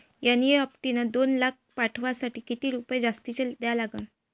NEFT न दोन लाख पाठवासाठी किती रुपये जास्तचे द्या लागन?